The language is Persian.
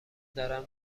دارن